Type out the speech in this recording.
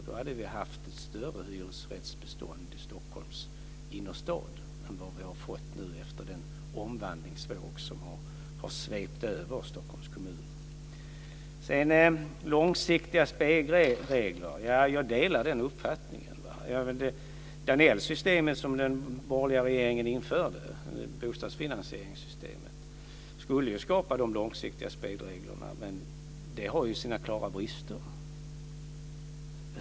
Då hade vi haft ett större hyresrättsbestånd i Stockholms innerstad än vad vi nu har fått efter den omvandlingsvåg som har svept över Jag delar uppfattningen att långsiktiga spelregler behövs. Danellsystemet för finansiering av bostäder, som den borgerliga regeringen införde, skulle skapa de långsiktiga spelreglerna, men det har sina klara brister.